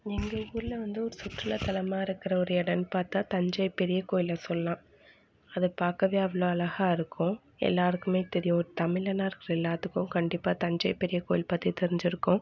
எங்கள் ஊரில் வந்து ஒரு சுற்றுலா தளமாக இருக்கிற ஒரு இடன் பார்த்தா தஞ்சை பெரிய கோயிலில் சொல்லாம் அது பார்க்கவே அவ்வளோ அழகாக இருக்கும் எல்லாருக்குமே தெரியும் ஒர் தமிழனாக இருக்கிற எல்லாத்துக்கும் கண்டிப்பாக தஞ்சை பெரிய கோயில் பற்றி தெரிஞ்சிருக்கும்